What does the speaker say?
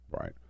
Right